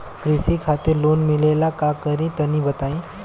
कृषि खातिर लोन मिले ला का करि तनि बताई?